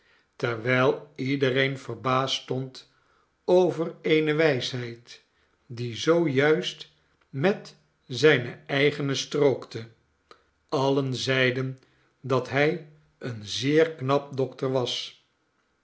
terwijl iedereen verbaasd stond over eene wijsheid die zoo juist met zijne eigene strookte allen zeiden dat hy een zeer knap dokter was